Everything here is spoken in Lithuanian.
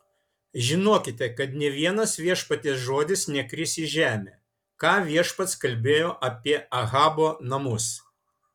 žinokite kad nė vienas viešpaties žodis nekris į žemę ką viešpats kalbėjo apie ahabo namus